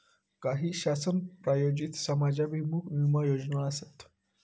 काही शासन प्रायोजित समाजाभिमुख विमा योजना आसत